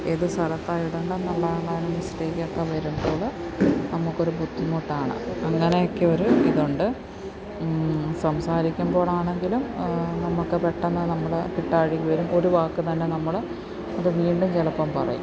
ഏത് സ്ഥലത്താണ് ഇടേണ്ടെന്നുള്ള സ്റ്റേജൊക്കെ വരുമ്പോള് നമുക്കൊരു ബുദ്ധിമുട്ടാണ് അങ്ങനെയൊക്കെയൊരു ഇതുണ്ട് സംസാരിക്കുമ്പോഴാണെങ്കിലും നമുക്ക് പെട്ടെന്ന് നമ്മള്ക്കു കിട്ടാഴിക വരും ഒരു വാക്കു തന്നെ നമ്മള് അത് വീണ്ടും ചിലപ്പോള് പറയും